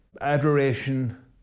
adoration